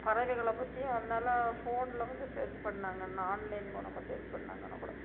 பறவைகளை பற்றியும் நல்லா ஃபோன்ல வந்து சர்ச் பண்ணாங்கன்னால் ஆன்லைன் மூலமாக சர்ச் பண்ணாங்கன்னால் கூட